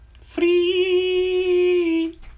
Free